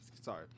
Sorry